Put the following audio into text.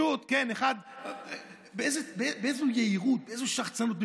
כן, באיזו יהירות, איזו שחצנות.